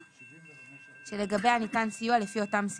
שלו.